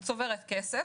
את צוברת כסף,